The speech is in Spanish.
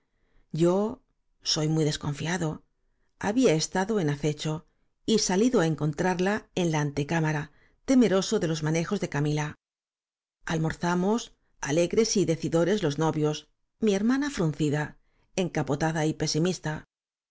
algo impensado ocurría yo soy muy desconfiado había e s tado en acecho y salido á encontrarla en la antecámara temeroso de los manejos de camila almorzamos alegres y decidores los novios mi hermana fruncida encapotada y pesimista